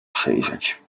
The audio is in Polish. przyjrzeć